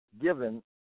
given